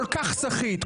כל כך סחיט,